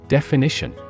Definition